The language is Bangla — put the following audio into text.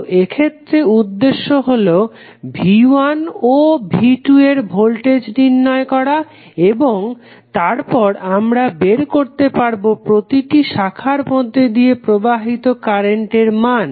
তো এক্ষেত্রে উদ্দেশ্য হলো V1 ও V2 এর ভোল্টেজ নির্ণয় করা এবং তারপর আমরা বের করতে পারবো প্রতিটি শাখার মধ্যে দিয়ে প্রবাহিত কারেন্টের মান